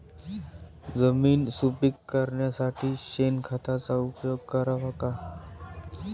जमीन सुपीक करण्यासाठी शेणखताचा उपयोग करावा का?